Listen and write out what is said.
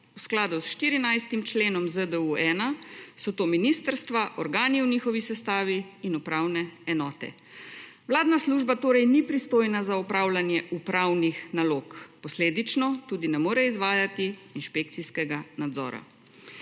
V skladu s 14. členom ZDU-1, so to ministrstva, organi v njihovi sestavi in upravne enote. Vladna služba torej ni pristojna za upravljanje upravnih nalog. Posledično tudi ne more izvajati inšpekcijskega nadzora.